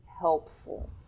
helpful